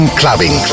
clubbing